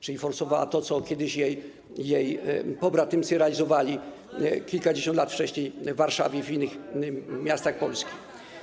czyli forsowała to, co jej pobratymcy realizowali kilkadziesiąt lat wcześniej w Warszawie i w innych miastach Polski.